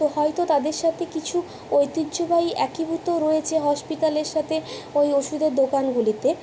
তো হয়তো তাদের সাথে কিছু ঐতিহ্যবাহী একীভূত রয়েছে হসপিটালের সাথে ওই ওষুধের দোকানগুলিতে